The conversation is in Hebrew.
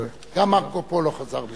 גם מרקו פולו חזר מסין.